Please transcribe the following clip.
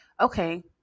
okay